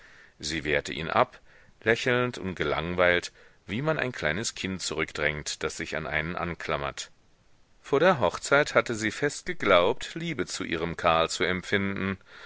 sie wehrte ihn ab lächelnd und gelangweilt wie man ein kleines kind zurückdrängt das sich an einen anklammert vor der hochzeit hatte sie fest geglaubt liebe zu ihrem karl zu empfinden